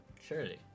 Surely